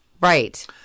Right